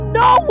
no